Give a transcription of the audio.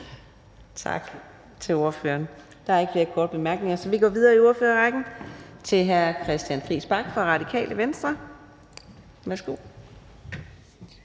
Tak til ordføreren. Der er ikke nogen korte bemærkninger, så vi går videre i ordførerrækken til hr. Lars-Christian Brask fra Liberal Alliance. Værsgo.